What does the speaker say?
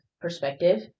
perspective